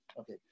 Okay